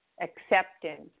acceptance